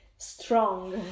Strong